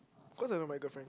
cause I love my girlfriend